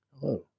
Hello